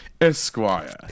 Esquire